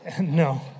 No